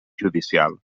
judicial